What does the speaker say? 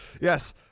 Yes